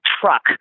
truck